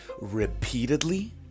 repeatedly